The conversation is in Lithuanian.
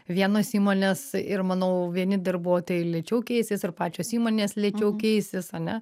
vienos įmonės ir manau vieni darbuotojai lėčiau keisis ir pačios įmonės lėčiau keisis ane